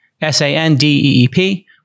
S-A-N-D-E-E-P